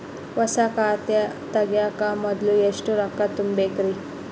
ಹೊಸಾ ಖಾತೆ ತಗ್ಯಾಕ ಮೊದ್ಲ ಎಷ್ಟ ರೊಕ್ಕಾ ತುಂಬೇಕ್ರಿ?